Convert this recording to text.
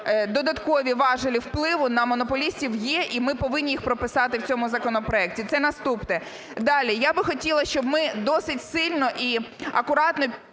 додаткові важелі впливу на монополістів є і ми повинні їх прописати в цьому законопроекті. Це наступне. Далі. Я би хотіла, щоб ми досить сильно і акуратно